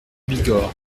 bigorre